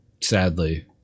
Sadly